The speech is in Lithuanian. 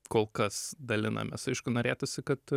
kol kas dalinamės aišku norėtųsi kad